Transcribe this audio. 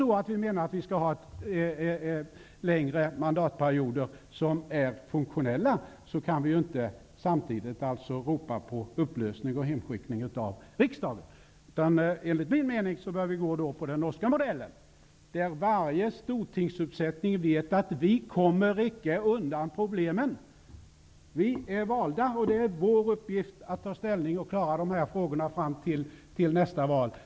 Om vi menar att vi skall ha längre mandatperioder som är funktionella, kan vi inte samtidigt ropa på upplösning av riksdagen och hemskickning av ledamöterna. Enligt min mening bör vi gå på den norska modellen. Varje uppsättning stortingsledamöter vet att de inte kommer undan problemen. Ledamöterna vet att de är valda och att det är deras uppgift att ta ställning till och klara frågorna fram till nästa val.